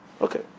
Okay